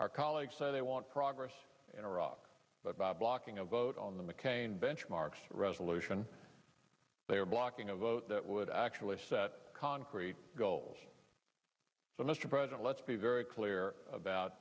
our colleagues say they want progress in iraq but by blocking a vote on the mccain benchmarks resolution they are blocking a vote that would actually set concrete goals for mr president let's be very clear about